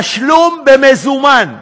תשלום במזומן.